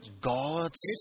God's